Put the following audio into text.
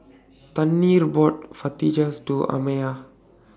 Tanner bought Fajitas to Amiya